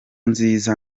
nziza